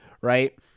right